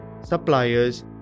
suppliers